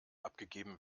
abgegeben